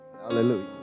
Hallelujah